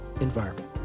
environment